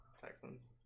Texans